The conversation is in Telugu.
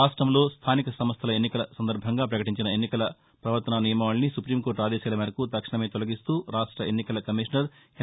రాష్టంలో స్థానిక సంస్థల ఎన్నికల సందర్భంగా పకటించిన ఎన్నికల పవర్తనా నియమావళిని సుప్రీంకోర్లు ఆదేశాల మేరకు తక్షణమే తొలగిస్తూ రాష్ట ఎన్నికల కమిషనర్ ఎన్